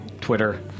Twitter